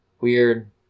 Weird